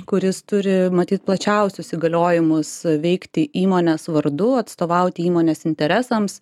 kuris turi matyt plačiausius įgaliojimus veikti įmonės vardu atstovauti įmonės interesams